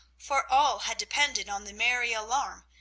for all had depended on the merry alarm,